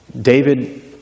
David